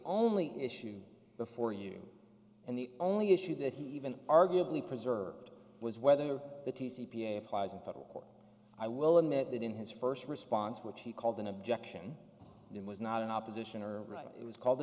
only issue before you and the only issue that he even arguably preserved was whether the c p a applies in federal court i will admit that in his first response which he called an objection then was not an opposition or right it was called